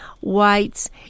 whites